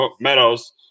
Meadows